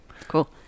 cool